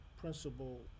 principle